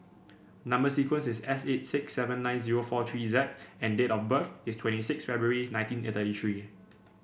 number sequence is S eight six seven nine zero four three Z and date of birth is twenty six February nineteen a thirty three